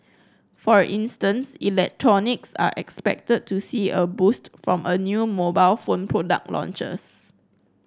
for instance electronics are expected to see a boost from a new mobile phone product launches